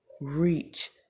Reach